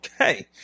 okay